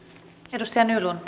arvoisa